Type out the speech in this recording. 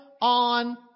on